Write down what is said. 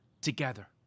together